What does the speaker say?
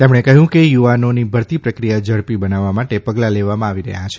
તેમણે કહ્યું કે યુવાનોની ભરતી પ્રક્રિયા ઝડપી બનાવવા માટે પગલાં લેવામાં આવી રહ્યાં છે